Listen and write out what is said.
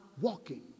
walking